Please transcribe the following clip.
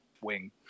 wing